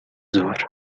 ظهر